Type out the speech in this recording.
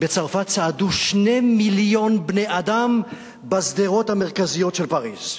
בצרפת צעדו 2 מיליון בני-אדם בשדרות המרכזיות של פריס.